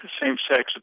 same-sex